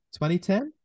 2010